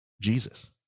Jesus